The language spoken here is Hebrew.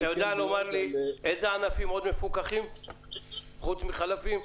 אתה יודע לומר לי איזה עוד ענפים מפוקחים חוץ מחלפים?